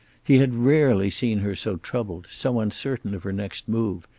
he had rarely seen her so troubled, so uncertain of her next move,